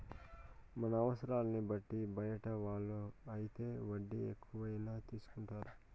మన అవసరాన్ని బట్టి బయట వాళ్ళు అయితే వడ్డీ ఎక్కువైనా తీసుకుంటారు